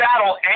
battle